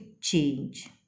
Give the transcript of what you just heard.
change